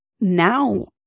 now